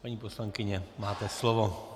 Paní poslankyně, máte slovo.